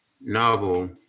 novel